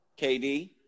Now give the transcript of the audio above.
KD